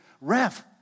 Ref